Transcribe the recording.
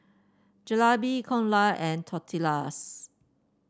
Jalebi Dhokla and Tortillas